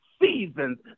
seasons